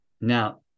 now